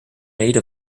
made